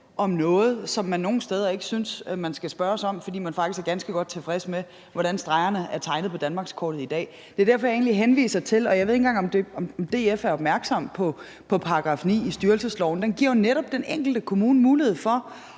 om noget, som man nogle steder ikke synes man skal spørges om, fordi man faktisk er ganske godt tilfreds med, hvordan stregerne er tegnet på danmarkskortet i dag? Det er det, jeg egentlig henviser til, og jeg ved ikke engang, om DF er opmærksom på § 9 i styrelsesloven. Den giver jo netop den enkelte kommune en mulighed for